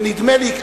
ונדמה לי,